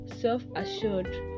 self-assured